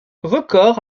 records